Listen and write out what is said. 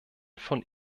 von